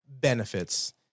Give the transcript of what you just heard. benefits